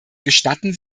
gestatten